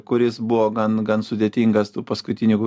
kuris buvo gan gan sudėtingas tų paskutinių